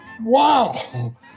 wow